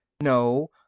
no